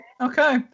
okay